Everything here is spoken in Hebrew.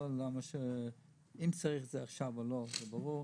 לא האם צריך את זה עכשיו, כי זה ברור.